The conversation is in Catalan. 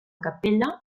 capella